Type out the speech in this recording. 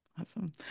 Awesome